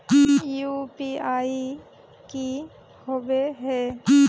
UPI की होबे है?